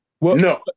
No